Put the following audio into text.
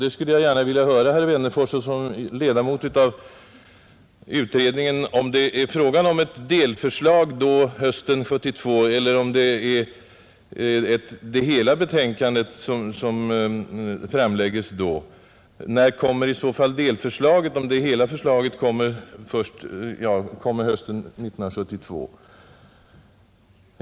Därför skulle jag gärna vilja höra av herr Wennerfors, som ju är ledamot av utredningen, om vi får ett delförslag hösten 1972, eller om betänkandet i sin helhet kommer att framläggas då. Och om hela betänkandet presenteras hösten 1972, när kommer det i så fall några delförslag?